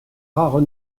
rares